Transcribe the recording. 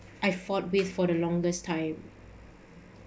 I fought with for the longest time